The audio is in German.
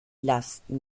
lasten